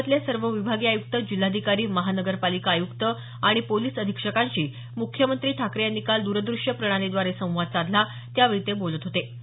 राज्यातले सर्व विभागीय आयुक्त जिल्हाधिकारी महानगरपालिका आयुक्त आणि पोलीस अधिक्षकांशी मुख्यमंत्री ठाकरे यांनी काल द्रदृष्य प्रणालीद्वारे संवाद साधला त्यावेळी ते बोलत होते